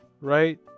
right